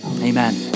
Amen